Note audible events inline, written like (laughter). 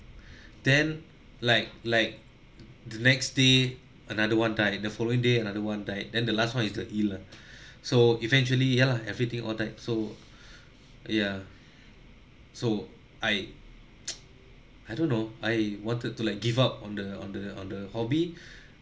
(breath) then like like the next day another one died the following day another one died then the last one is the eel lah (breath) so eventually ya lah everything all died so (breath) ya so I (noise) I don't know I wanted to like give up on the on the on the hobby (breath)